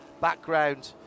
background